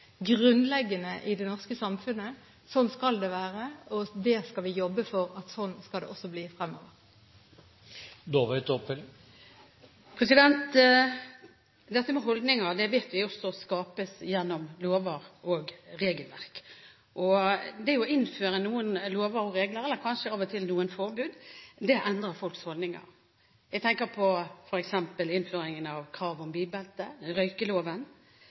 grunnleggende i det norske samfunnet. Sånn skal det være, og det skal vi jobbe for at det også skal bli fremover. Dette med holdninger vet vi også skapes gjennom lover og regelverk, og det å innføre noen lover og regler – eller kanskje av og til noen forbud – endrer folks holdninger. Jeg tenker f.eks. på innføringen av krav om bilbelte og røykeloven.